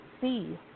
see